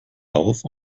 auf